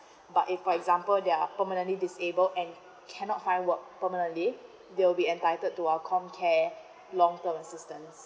but if for example they're permanently disabled and cannot find work permanently they will be entitled to our comcare long term assistance